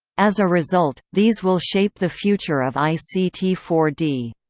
as a result, these will shape the future of i c t four d.